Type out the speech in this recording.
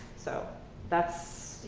so that's